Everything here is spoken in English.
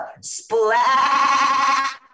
Splash